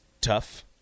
tough